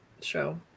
show